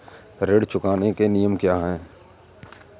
ऋण चुकाने के नियम क्या हैं?